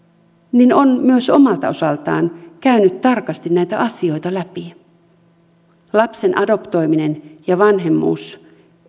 on myös omalta osaltaan käynyt tarkasti näitä asioita läpi lapsen adoptoiminen ja vanhemmuus